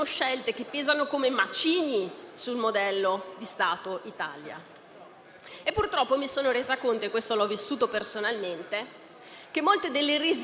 possiamo confermare che le donne sono pienamente pronte per fare politica e naturalmente per candidarsi.